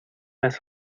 las